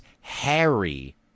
Harry